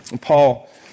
Paul